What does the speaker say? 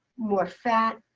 more fat,